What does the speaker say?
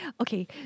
Okay